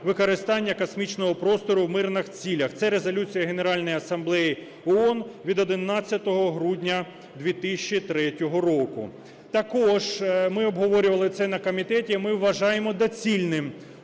використання космічного простору в мирних цілях (це Резолюція Генеральної асамблеї ООН від 11 грудня 2003 року). Також ми обговорювали це на комітеті, ми вважаємо доцільним